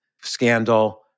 scandal